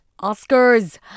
Oscars